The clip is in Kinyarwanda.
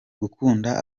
gukunda